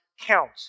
count